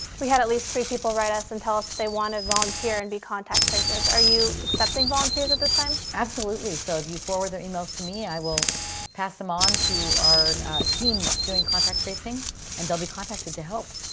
we had at least three people write us and tell us that they want to volunteer and be contact tracers. are you accepting volunteers at this time? absolutely. so if you forward their emails to me, i will pass them on to our team that's doing contact tracing and they'll be contacted to help.